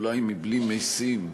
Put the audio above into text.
אולי מבלי משים,